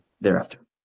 thereafter